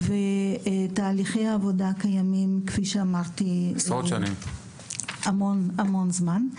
תהליכי העבודה קיימים כפי שאמרתי, המון זמן.